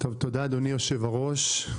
תודה אדוני יושב הראש.